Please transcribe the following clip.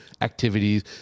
activities